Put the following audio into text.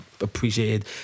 appreciated